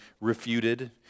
refuted